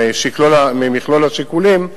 ממכלול השיקולים,